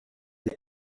des